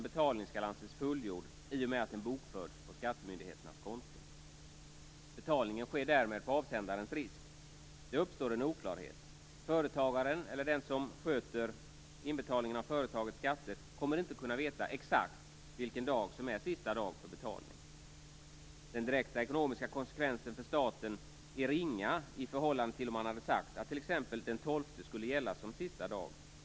Betalningen skall anses fullgjord i och med att den bokförts på skattemyndighetens konto. Betalningen sker därmed på avsändarens risk. Det uppstår en oklarhet. Företagaren, eller den som sköter inbetalning av företagets skatter, kommer inte att kunna veta exakt vilken dag som är sista dag för betalning. Den direkta ekonomiska konsekvensen för staten är ringa i förhållande till om man hade sagt att t.ex. den 12:e skulle gälla som sista dag.